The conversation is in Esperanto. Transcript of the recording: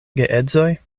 geedzoj